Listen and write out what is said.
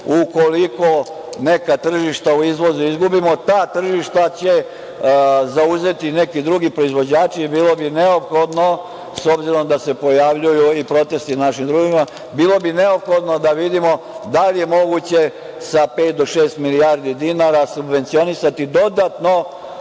Ukoliko neka tržišta u izvozu izgubimo, ta tržišta će zauzeti neki drugi proizvođači. Bilo bi neophodno, s obzirom da se pojavljuju i protesti na našim drumovima, bilo bi neophodno da vidimo da li je moguće sa pet do šest milijardi dinara subvencionisati dodatno